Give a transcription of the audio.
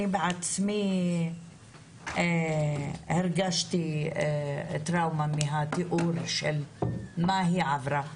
אני בעצמי הרגשתי טראומה כשהיא תיארה מה היא עברה.